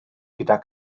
gyda